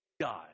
God